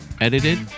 edited